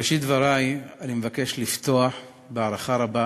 בראשית דברי אני מבקש לפתוח בהערכה רבה